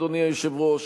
אדוני היושב-ראש,